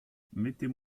mettez